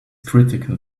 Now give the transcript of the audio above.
critical